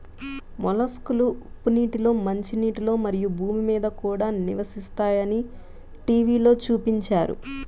మొలస్క్లు ఉప్పు నీటిలో, మంచినీటిలో, మరియు భూమి మీద కూడా నివసిస్తాయని టీవిలో చూపించారు